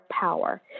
power